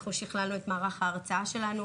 אנחנו שכללנו את מערך ההרצאה שלנו,